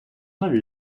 нові